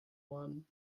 one